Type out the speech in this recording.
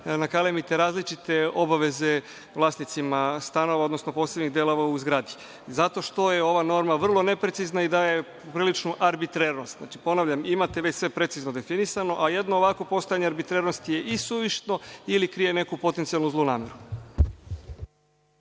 nakalemite različite obaveze vlasnicima stanova, odnosno posebnih delova u zgradi. Zato je ova norma vrlo neprecizna i daje priličnu arbitrernost. Znači, ponavljam, imate već sve precizno definisano, a jedno ovakvo postojanje arbitrernosti je i suvišno ili krije neku potencijalnu zlu nameru.